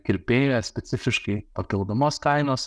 kirpėją specifiškai papildamos kainos